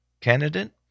candidate